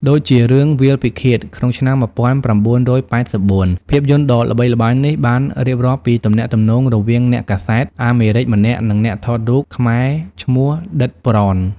ដូចជារឿង វាលពិឃាត ក្នុងឆ្នាំ ១៩៨៤ ភាពយន្តដ៏ល្បីល្បាញនេះបានរៀបរាប់ពីទំនាក់ទំនងរវាងអ្នកកាសែតអាមេរិកម្នាក់និងអ្នកថតរូបខ្មែរឈ្មោះ ឌិត ប្រន។